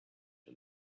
and